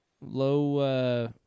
low